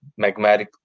magmatic